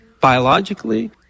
biologically